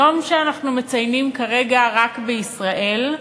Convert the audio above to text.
יום שאנחנו מציינים כרגע רק בישראל,